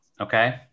okay